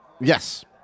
Yes